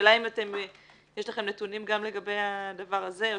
השאלה אם יש לכם נתונים גם לגבי הדבר הזה.